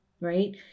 right